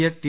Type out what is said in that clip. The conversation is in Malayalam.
Ed T